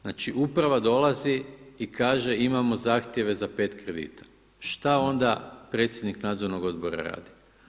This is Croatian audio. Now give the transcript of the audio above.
Znači uprava dolazi i kaže imamo zahtjeve za pet kredita, šta onda predsjednik nadzornog odbora radi?